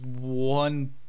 one